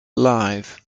live